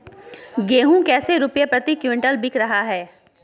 गेंहू कैसे रुपए प्रति क्विंटल बिक रहा है?